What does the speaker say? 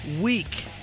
week